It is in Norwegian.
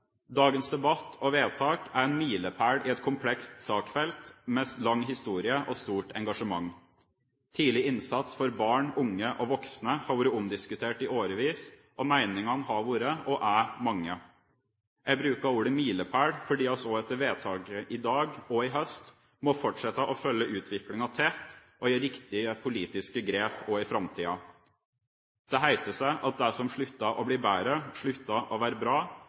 Dagens debatt og vedtak er en milepæl i et komplekst saksfelt med lang historie og stort engasjement. Tidlig innsats for barn, unge og voksne har vært omdiskutert i årevis, og meningene har vært, og er, mange. Jeg bruker ordet «milepæl» fordi vi etter vedtaket i dag og i høst må fortsette å følge utviklinga tett og gjøre riktige politiske grep også i framtiden. Det heter seg at det som slutter å bli bedre, slutter å være bra,